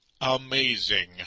amazing